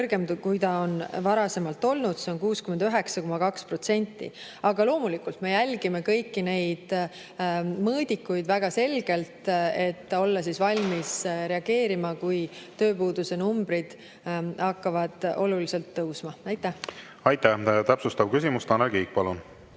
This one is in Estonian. kui ta on varasemalt olnud, see on 69,2%. Aga loomulikult me jälgime kõiki neid mõõdikuid väga selgelt, et olla siis valmis reageerima, kui tööpuuduse numbrid hakkavad oluliselt tõusma. Aitäh! Täpsustav küsimus. Tanel Kiik, palun!